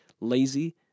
lazy